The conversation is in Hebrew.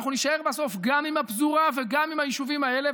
ואנחנו נישאר בסוף גם עם הפזורה וגם עם היישובים האלה,